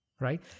right